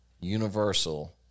Universal